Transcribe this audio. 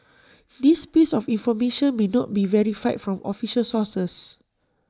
this piece of information may not be verified from official sources